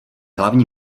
hlavní